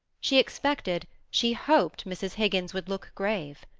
she expected, she hoped, mrs. higgins would look grave.